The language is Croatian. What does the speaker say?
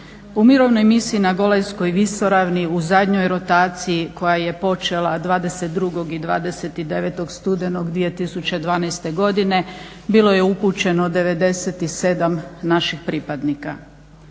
U Mirovnoj misiji na Golanskoj visoravni u zadnjoj rotaciji koja je počela 22. i 29. studenog 2012. godine bilo je upućeno 97 naših pripadnika.